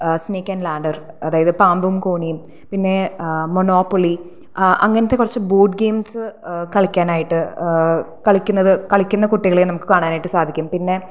snake and ladder അതായത് പാമ്പും കോണ്ണിയും പിന്നേ മോനോപൊളി അങ്ങനത്തെ കുറച്ച് ബോർഡ് ഗെയിംസ് കളിക്കാനായിട്ട് കളിക്കുന്നത് കളിക്കുന്ന കുട്ടികളെ നമുക്ക് കാണാനായിട്ട് സാധിക്കും പിന്നെ